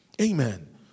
Amen